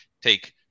take